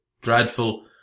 dreadful